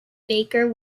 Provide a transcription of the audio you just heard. baker